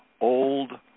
old